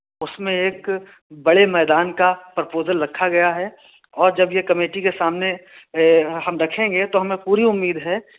اس میں ایک بڑے میدان کا پرپوزل رکھا گیا ہے اور جب یہ کمیٹی کے سامنے ہم رکھیں گے تو ہمیں پوری امید ہے